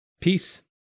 Peace